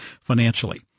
financially